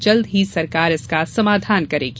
जल्द ही सरकार इसका समाधान करेगी